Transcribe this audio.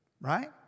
Right